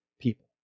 people